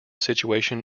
situation